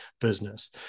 business